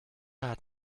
hat